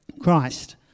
Christ